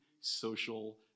social